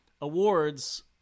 awards